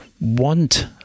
want